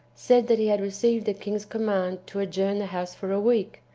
said that he had received the king's command to adjourn the house for a week,